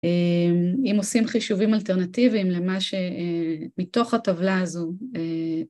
אם עושים חישובים אלטרנטיביים למה שמתוך הטבלה הזו